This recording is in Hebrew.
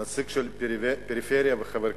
נציג של פריפריה וחבר כנסת.